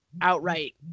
outright